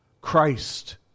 Christ